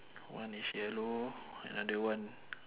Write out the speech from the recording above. one is yellow another one